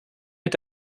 mit